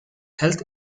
health